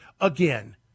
again